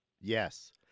Yes